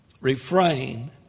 refrain